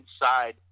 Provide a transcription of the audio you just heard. inside